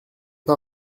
pas